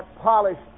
polished